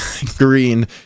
green